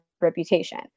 reputation